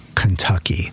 Kentucky